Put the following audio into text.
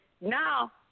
now